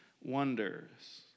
wonders